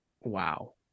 wow